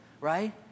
right